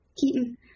Keaton